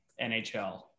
NHL